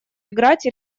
играть